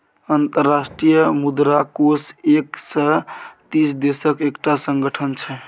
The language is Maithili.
अंतर्राष्ट्रीय मुद्रा कोष एक सय तीस देशक एकटा संगठन छै